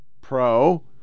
pro